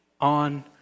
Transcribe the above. on